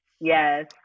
Yes